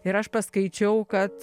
ir aš paskaičiau kad